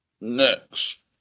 Next